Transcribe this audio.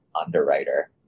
underwriter